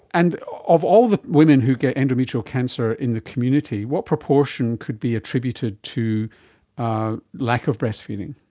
and of all the women who get endometrial cancer in the community, what proportion could be attributed to a lack of breastfeeding?